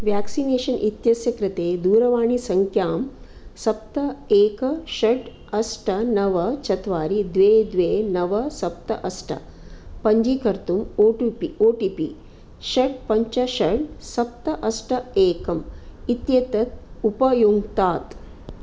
vaccination इत्यस्य कृते दूरवाणीसङ्ख्यां सप्त एक षट् अष्ट नव चत्वारि द्वे द्वे नव सप्त अष्ट पञ्जीकर्तुं O T P O T P षट् पञ्च षट् सप्त अष्ट एकम् इत्येतत् उपयुङ्क्तात्